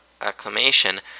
acclamation